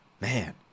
Man